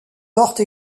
porte